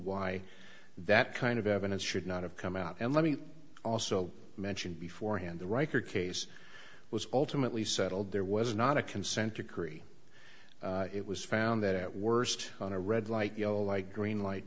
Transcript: why that kind of evidence should not have come out and let me also mention before hand the riker case was alternately settled there was not a consent decree it was found that at worst on a red light yellow light green light